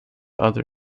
other